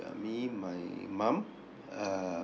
uh me my mum uh